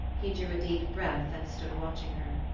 he drew a deep breath and stood watching her.